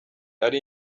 ari